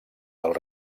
del